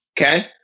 okay